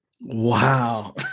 Wow